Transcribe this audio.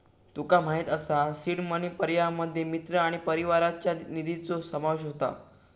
तुका माहित असा seed money पर्यायांमध्ये मित्र आणि परिवाराच्या निधीचो समावेश होता